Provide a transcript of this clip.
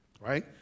Right